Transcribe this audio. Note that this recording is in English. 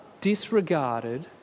disregarded